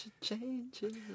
Changes